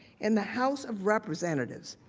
in the house of representatives,